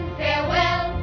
farewell